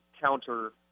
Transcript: counter